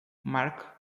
mark